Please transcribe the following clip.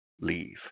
Leave